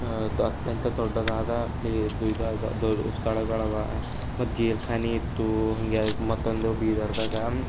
ಅದು ಅತ್ಯಂತ ದೊಡ್ಡದಾದ ಪ್ಲೇ ಇದು ಇದಾದ ದೊಡ್ಡ ಸ್ಥಳಗಳವ ಮತ್ತೆ ಜೀರ್ಖಾನಿ ಇತ್ತು ಹಿಂಗೆ ಅಲ್ಲಿ ಮತ್ತೊಂದು ಬೀದರ್ದಾಗ